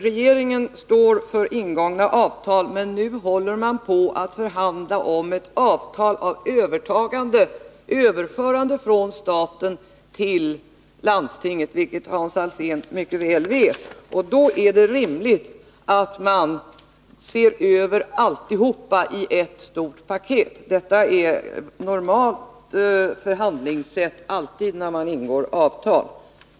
Regeringen står för ingångna avtal men håller nu — vilket Hans Alsén mycket väl vet — på att förhandla om ett avtal om överförande av huvudmannaskapet från staten till landstinget. Då är det rimligt att man ser över alltihop i ett stort paket. Detta är ett normalt förhandlingssätt när man ingår avtal.